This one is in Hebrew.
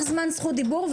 ודיבור.